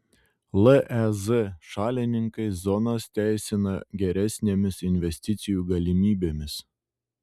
lez šalininkai zonas teisina geresnėmis investicijų galimybėmis